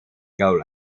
goal